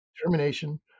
determination